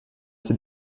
ces